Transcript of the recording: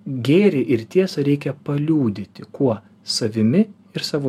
gėrį ir tiesą reikia paliudyti kuo savimi savo